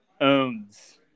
Owns